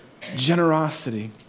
generosity